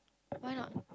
why not